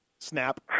Snap